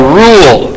rule